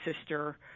sister